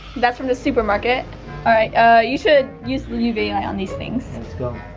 that's from the supermarket. all right you should use the uv light on these things let's go.